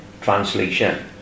translation